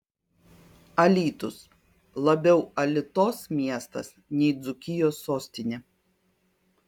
alytus labiau alitos miestas nei dzūkijos sostinė